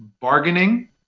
bargaining